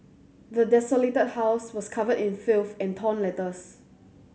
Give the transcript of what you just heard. the desolated house was covered in filth and torn letters